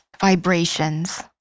vibrations